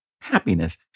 happiness